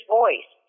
voice